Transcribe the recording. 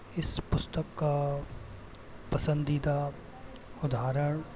इस पुस्तक का पसंदीदा उदाहरण